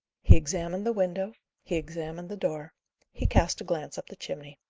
he examined the window he examined the door he cast a glance up the chimney.